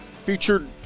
featured